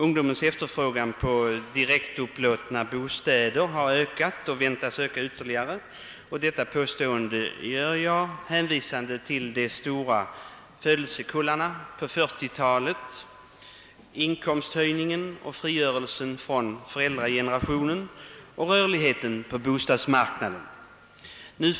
Ungdomens efterfrågan på direktupplåtna bostäder har ökat och väntas öka ytterligare. Detta påstående gör jag med hänvisning till de stora årskullarna från 1940-talet, inkomsthöjningarna i samhället, ungdomens ökade frigörelse från föräldragenerationen och den stegrade rörligheten på arbetsmarknaden.